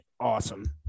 awesome